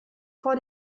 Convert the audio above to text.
vor